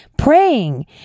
Praying